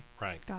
Right